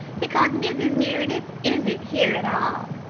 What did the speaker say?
because mrs. meredith isn't here at all.